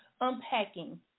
unpacking